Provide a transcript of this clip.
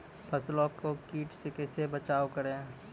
फसलों को कीट से कैसे बचाव करें?